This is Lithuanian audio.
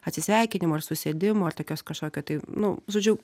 atsisveikinimą ir susėdimo ar tokios kažkokio tai nu žodžiu